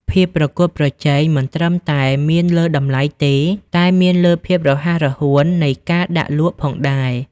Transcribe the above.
ភាពប្រកួតប្រជែង មិនត្រឹមតែមានលើតម្លៃទេ តែមានលើភាពរហ័សរហួននៃការដាក់លក់ផងដែរ។